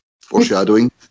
foreshadowing